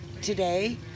today